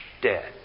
dead